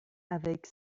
avec